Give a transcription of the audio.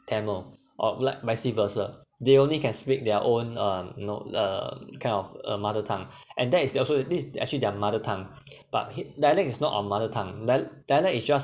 tamil or like vice versa they only can speak their own um you know uh kind of a mother tongue and that is their also this actually their mother tongue but h~ dialect is not a mother tongue dia~ dialect is just